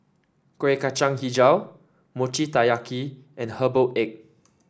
Kuih Kacang hijau Mochi Taiyaki and Herbal Egg